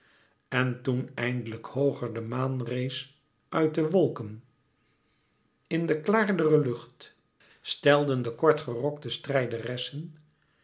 en toen eindelijk hooger de maan rees uit de wolken in de klaardere lucht stelden de kort gerokte